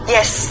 Yes